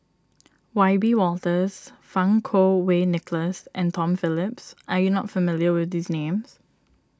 Wiebe Wolters Fang Kuo Wei Nicholas and Tom Phillips are you not familiar with these names